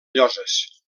lloses